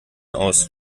aus